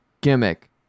gimmick